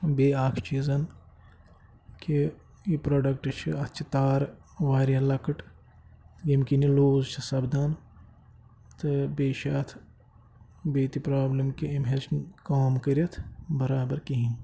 بیٚیہِ اَکھ چیٖزَن کہِ یہِ پرٛوڈَکٹہٕ چھِ اَتھ چھِ تارٕ واریاہ لَکٕٹ ییٚمہِ کِنۍ یہِ لوٗز چھِ سَپدان تہٕ بیٚیہِ چھِ اَتھ بیٚیہِ تہِ پرٛابلِم کہِ أمۍ ہیٚچۍ نہٕ کٲم کٔرِتھ بَرابَر کِہیٖنۍ